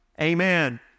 Amen